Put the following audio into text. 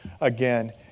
again